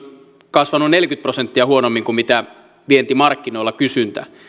kasvanut neljäkymmentä prosenttia huonommin kuin vientimarkkinoilla kysyntä